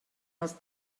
els